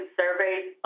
surveys